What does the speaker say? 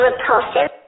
repulsive